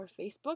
Facebook